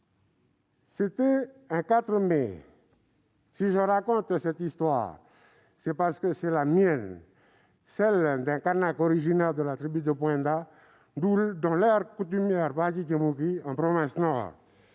C'était un 4 mai. Si je raconte cette histoire, c'est parce que c'est la mienne. Celle d'un Kanak originaire de la tribu de Poindah, dans l'aire coutumière Paici-Camûki, en province Nord.